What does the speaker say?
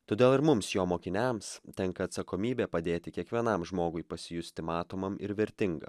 todėl ir mums jo mokiniams tenka atsakomybė padėti kiekvienam žmogui pasijusti matomam ir vertinga